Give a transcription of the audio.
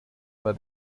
war